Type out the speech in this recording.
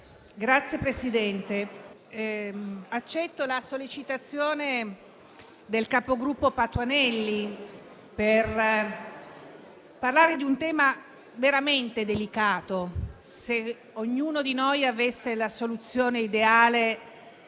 Signor Presidente, accetto la sollecitazione del capogruppo Patuanelli per parlare di un tema veramente delicato. Se ognuno di noi avesse la soluzione ideale